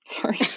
sorry